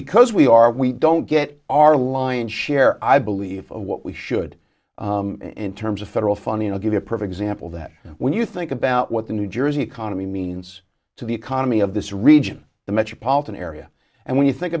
because we are we don't get our lion's share i believe of what we should in terms of federal funding i'll give you a perfect example that when you think about what the new jersey economy means to the economy of this region the metropolitan area and when you think